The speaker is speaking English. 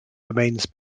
remains